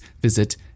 visit